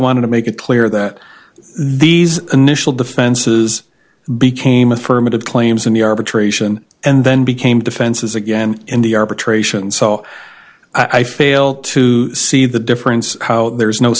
wanted to make it clear that these initial defenses became affirmative claims in the arbitration and then became defenses again in the arbitration so i fail to see the difference how there is no